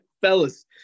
Fellas